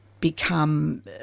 become